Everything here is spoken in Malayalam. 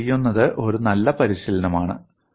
അത് ചെയ്യുന്നത് ഒരു നല്ല പരിശീലനമാണ്